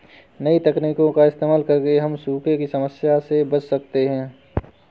नई तकनीकों का इस्तेमाल करके हम सूखे की समस्या से बच सकते है